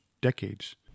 decades